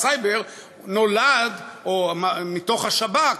הסייבר נולד מתוך השב"כ,